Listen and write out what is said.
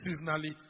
seasonally